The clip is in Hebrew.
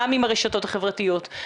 גם עם הרשתות החברתיות,